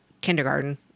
kindergarten